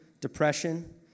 depression